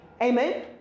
Amen